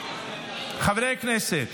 חברי הכנסת,